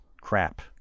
crap